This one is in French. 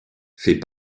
fait